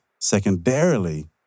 Secondarily